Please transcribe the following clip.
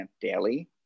daily